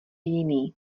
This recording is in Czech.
jiný